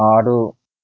ఆడు